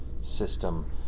system